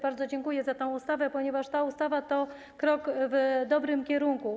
Bardzo dziękuję za tę ustawę, ponieważ ta ustawa to krok w dobrym kierunku.